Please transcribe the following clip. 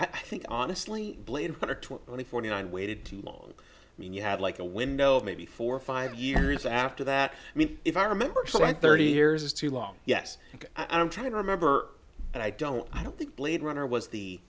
i think honestly only forty nine waited too long i mean you have like a window of maybe four or five years after that i mean if i remember so i thirty years is too long yes and i'm trying to remember and i don't i don't think blade runner